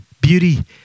beauty